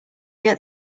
get